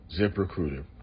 ZipRecruiter